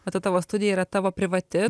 o ta tavo studija yra tavo privati